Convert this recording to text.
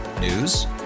News